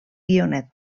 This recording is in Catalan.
guionet